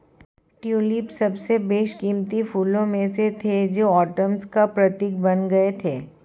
tulip सबसे बेशकीमती फूलों में से थे जो ओटोमन्स का प्रतीक बन गए थे